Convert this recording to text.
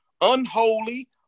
unholy